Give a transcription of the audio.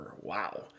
Wow